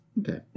Okay